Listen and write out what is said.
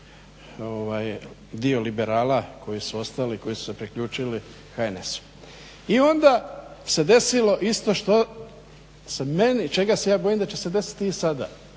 dio liberala koji su ostali i koji su se priključili HNS-u. I onda se desilo isto što se meni, čega se ja bojim da će se desiti i sada